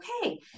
okay